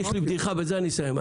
יש לי בדיחה ובזה אני אסיים.